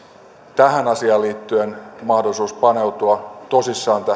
tähän asiaan liittyen mahdollisuus paneutua tosissaan